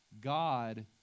God